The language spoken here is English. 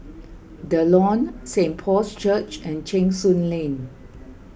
the Lawn Saint Paul's Church and Cheng Soon Lane